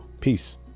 Peace